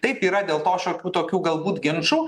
taip yra dėl to šiokių tokių galbūt ginčų